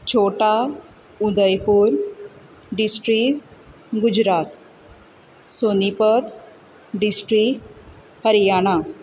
छोटा Udaipur district Gujarat Sonipat district Haryana